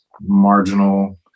marginal